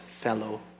fellow